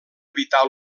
vital